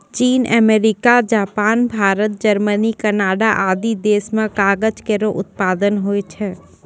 चीन, America, Japan, Bharat, Germany, Canada आदि देस म कागज केरो उत्पादन होय छै